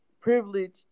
privilege